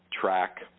track